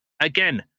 Again